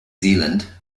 zealand